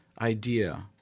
Idea